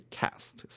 cast